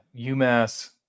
UMass